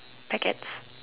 packets